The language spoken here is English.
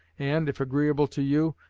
and, if agreeable to you,